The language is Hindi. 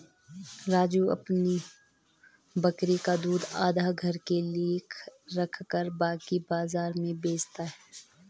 राजू अपनी बकरी का दूध आधा घर के लिए रखकर बाकी बाजार में बेचता हैं